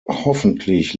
hoffentlich